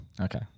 Okay